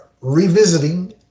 revisiting